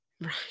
Right